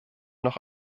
noch